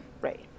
Right